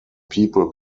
people